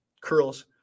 curls